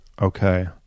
okay